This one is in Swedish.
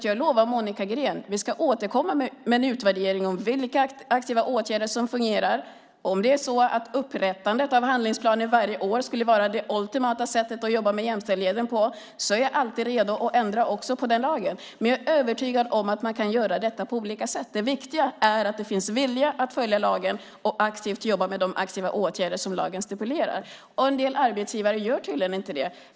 Jag lovar Monica Green att vi ska återkomma med en utvärdering av vilka aktiva åtgärder som fungerar. Om det skulle visa sig att upprättandet av handlingsplaner varje år skulle kunna vara det ultimata sättet att jobba med jämställdheten är jag alltid beredd att ändra också på den lagen. Men jag är övertygad om att detta kan göras på olika sätt. Det viktiga är att det finns en vilja att följa lagen och att aktivt jobba med de åtgärder som den stipulerar. En del arbetsgivare gör tydligen inte det.